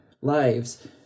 lives